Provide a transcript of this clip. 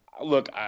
Look